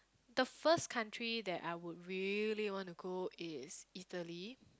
the first country that I would really wanna go is Italy